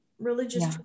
Religious